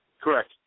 Correct